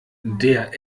der